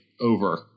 over